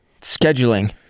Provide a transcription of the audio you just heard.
Scheduling